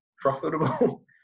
profitable